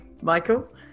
Michael